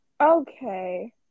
Okay